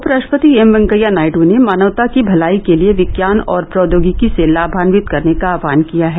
उपराष्ट्रपति एम वेंकैया नायडू ने मानवता की भलाई के लिए विज्ञान और प्रौद्योगिकी से लाभान्वित करने का आहवान किया है